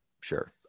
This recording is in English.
Sure